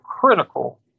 critical